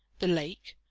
the lake,